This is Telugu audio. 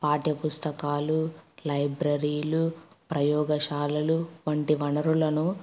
పాఠ్యపుస్తకాలు లైబ్రరీలు ప్రయోగశాలలు వంటి వనరులను